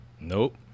Nope